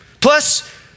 Plus